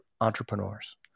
entrepreneurs